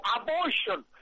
abortion